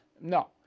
No